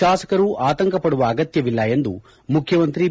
ತಾಸಕರು ಆತಂಕ ಪಡುವ ಅಗತ್ತವಿಲ್ಲ ಎಂದು ಮುಖ್ಕಮಂತ್ರಿ ಬಿ